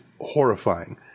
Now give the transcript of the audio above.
horrifying